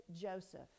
Joseph